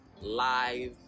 live